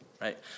right